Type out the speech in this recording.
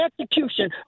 execution